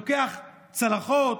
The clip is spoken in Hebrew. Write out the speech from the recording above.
לוקח צלחות,